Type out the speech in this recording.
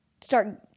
start